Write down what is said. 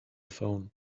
phone